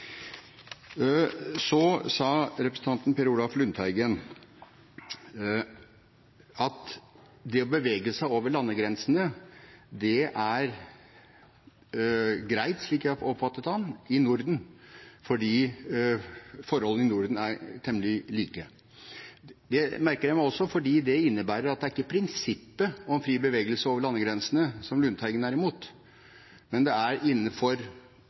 Representanten Per Olaf Lundteigen sa at det å bevege seg over landegrensene er greit i Norden – slik jeg oppfattet ham – fordi forholdene i Norden er temmelig like. Det merker jeg meg også fordi det innebærer at det ikke er prinsippet om fri bevegelse over landegrensene Lundteigen er imot, men at det er innenfor